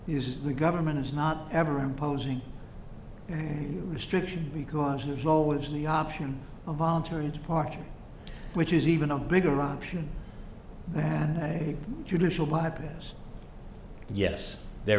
uses the government is not ever imposing restrictions because there's always the option of voluntary departure which is even a bigger option and i judicial bypass yes there